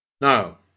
Now